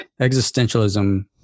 existentialism